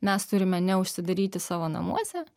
mes turime neužsidaryti savo namuose